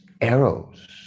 arrows